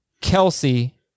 Kelsey